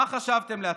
מה חשבתם לעצמכם?